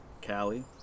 Cali